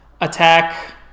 attack